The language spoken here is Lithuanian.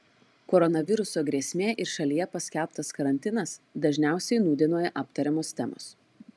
koronaviruso grėsmė ir šalyje paskelbtas karantinas dažniausiai nūdienoje aptariamos temos